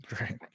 right